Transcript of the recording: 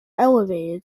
elevated